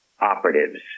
operatives